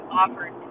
offered